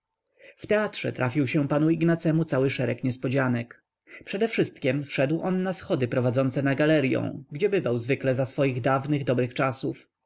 w teatrze trafił się panu ignacemu cały szereg niespodzianek przedewszystkiem wszedł on na schody prowadzące na galeryą gdzie bywał zwykle za swoich dawnych dobrych czasów